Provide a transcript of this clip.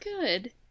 good